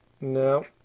No